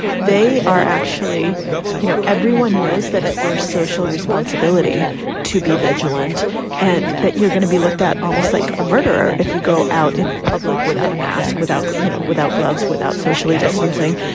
they are actually you know, everyone knows that it's their social responsibility to be vigilant and that you're going to be looked at almost like a murderer if you go out in public without a mask, without, you know, without gloves, without socially distancing.